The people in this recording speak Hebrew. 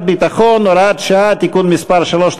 ביטחון) (הוראת שעה) (תיקון מס' 3),